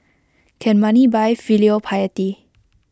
can money buy filial piety